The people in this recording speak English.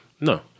No